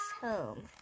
home